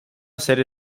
serie